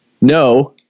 No